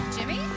Jimmy